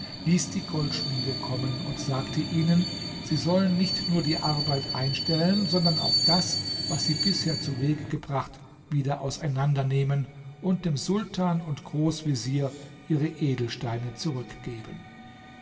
ließ die goldschmiede kommen und sagte ihnen sie sollen nicht nur die arbeit einstellen sondern auch das was sie bisher zuwege gebracht wieder auseinander nehmen und dem sultan und großvezier ihre edelsteine zurückgeben